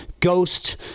ghost